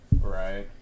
Right